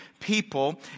people